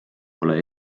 pole